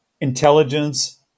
intelligence